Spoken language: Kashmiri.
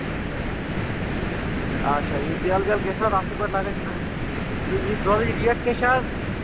اچھا یہِ زٮ۪ل وٮ۪ل گژھِ نہ حظ اَصٕل پٲٹھۍ لَگٕنۍ تہٕ یہِ دۄدٕچ ریٹ کیٛاہ چھِ آز